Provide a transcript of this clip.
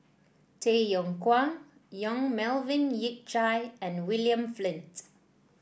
Tay Yong Kwang Yong Melvin Yik Chye and William Flint